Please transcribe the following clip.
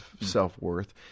self-worth